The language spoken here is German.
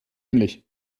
ähnlich